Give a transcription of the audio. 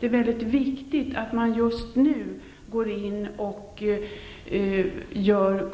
Det är väldigt viktigt att man just nu går in och gör